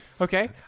Okay